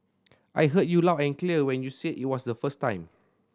I heard you loud and clear when you said it were the first time